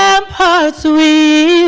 ramparts we